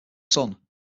son